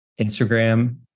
Instagram